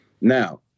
Now